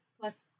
Plus